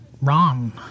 wrong